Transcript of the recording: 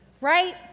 Right